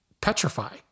petrify